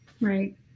right